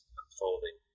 unfolding